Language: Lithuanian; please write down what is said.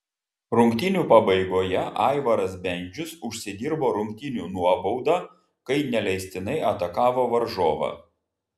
rungtynių pabaigoje aivaras bendžius užsidirbo rungtynių nuobaudą kai neleistinai atakavo varžovą